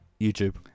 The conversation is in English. YouTube